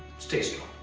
stay safe.